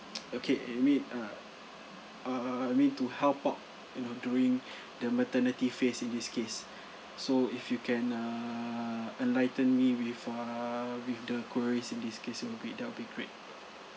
okay I mean uh err I mean to help out you know doing the maternity phase in this case so if you can err enlighten me with err with the queries in this case it will be that will be great